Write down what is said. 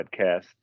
podcast